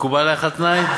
מקובל עלייך התנאי?